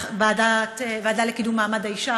בוועדה לקידום מעמד האישה,